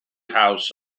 house